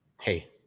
hey